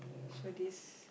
so this